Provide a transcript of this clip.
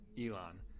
Elon